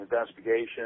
Investigation